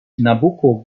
nabucco